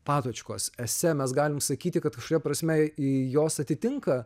patočkos esė mes galim sakyti kad kažkokia prasme jos atitinka